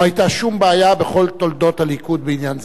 לא היתה שום בעיה בכל תולדות הליכוד בעניין זה.